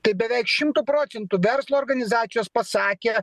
tai beveik šimtu procentų verslo organizacijos pasakė